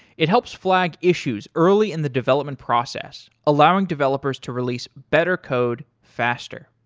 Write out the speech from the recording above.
it helps flag issues early in the development process, allowing developers to release better code faster.